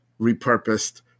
repurposed